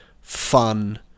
fun